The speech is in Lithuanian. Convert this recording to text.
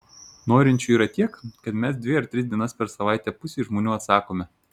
norinčių yra tiek kad mes dvi ar tris dienas per savaitę pusei žmonių atsakome